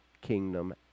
kingdom